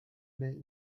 bay